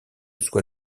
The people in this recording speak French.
soit